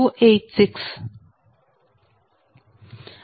4286